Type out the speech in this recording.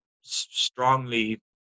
strongly